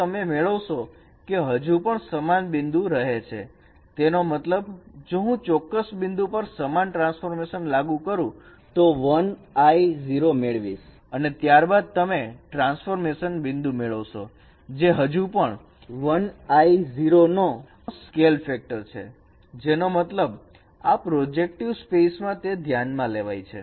તો તમે મેળવશો કે તે હજુ પણ સમાન બિંદુ રહે છે જેનો મતલબ જો હું ચોક્કસ બિંદુ પર સમાન ટ્રાન્સફોર્મેશન લાગુ કરું તો મેળવીશ અને ત્યારબાદ તમે ટ્રાન્સફોર્મેશન બિંદુ મેળવશો જે હજુ પણ નો સ્કેલ ફેક્ટર છે જેનો મતલબ આ પ્રોજેક્ટિવ સ્પેસ માં તે ધ્યાનમાં લેવાય છે